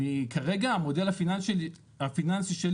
אני כרגע המודל הפיננסי שלי,